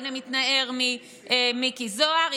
הינה מתנער ממיקי זוהר,